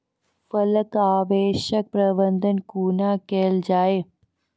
फसलक अवशेषक प्रबंधन कूना केल जाये?